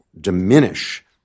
diminish